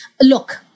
look